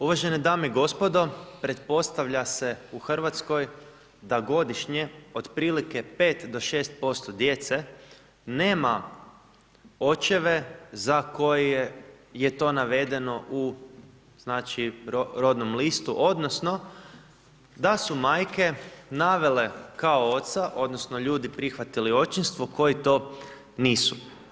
Uvažene dame i gospodo, pretpostavlja se u Hrvatskoj da godišnje otprilike 5 do 6% djece nema očeve za koje je to navedeno u znači rodnom listu, odnosno da su majke navele kao oca, odnosno ljudi prihvatili očinstvo koji to nisu.